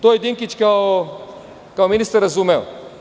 To je Dinkić kao ministar razumeo.